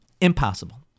Impossible